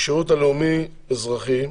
הלאומי האזרחי,